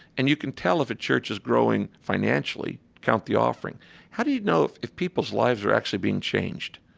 and you can tell if a church is growing financially. count the offering how do you know if if people's lives are actually being changed?